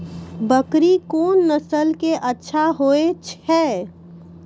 बकरी कोन नस्ल के अच्छा होय छै?